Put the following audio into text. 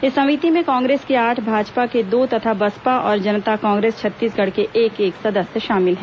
इस समिति में कांग्रेस के आठ भाजपा के दो तथा बसपा और जनता कांग्रेस छत्तीसगढ़ के एक एक सदस्य शामिल हैं